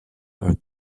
are